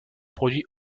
produit